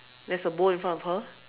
there's a bowl in front of her